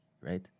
Right